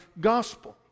gospel